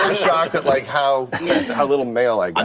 shocked at like how how little mail like i